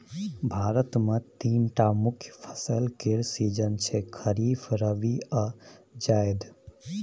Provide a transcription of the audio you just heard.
भारत मे तीनटा मुख्य फसल केर सीजन छै खरीफ, रबी आ जाएद